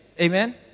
Amen